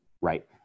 right